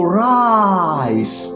rise